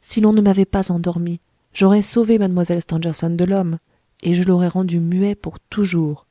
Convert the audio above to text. si l'on ne m'avait pas endormi j'aurais sauvé mlle stangerson de l'homme et je l'aurais rendu muet pour toujours